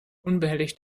unbehelligt